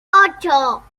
ocho